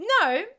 no